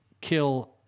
kill